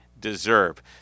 deserve